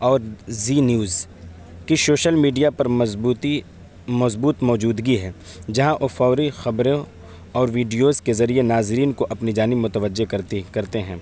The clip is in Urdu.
اور زی نیوز کی شوشل میڈیا پر مضبوطی مضبوط موجودگی ہے جہاں او فوری خبروں اور ویڈیوز کے ذریعے ناظرین کو اپنی جانب متوجہ کرتی کرتے ہیں